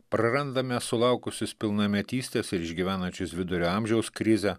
prarandame sulaukusius pilnametystės ir išgyvenančius vidurio amžiaus krizę